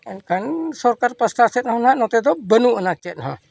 ᱢᱮᱱᱠᱷᱟᱱ ᱥᱚᱨᱠᱟᱨ ᱯᱟᱦᱴᱟ ᱥᱮᱫ ᱦᱚᱱᱟᱜ ᱱᱚᱛᱮ ᱫᱚ ᱵᱟᱹᱱᱩᱜ ᱟᱱᱟ ᱪᱮᱫ ᱦᱚᱸ